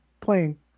playing